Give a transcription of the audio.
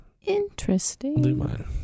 Interesting